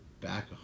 back